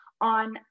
on